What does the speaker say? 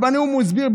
בנאום הוא הסביר,